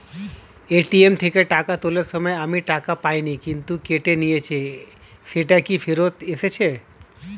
ATM থেকে টাকা তোলার সময় আমি টাকা পাইনি কিন্তু কেটে নিয়েছে সেটা কি ফেরত এসেছে?